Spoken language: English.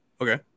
Okay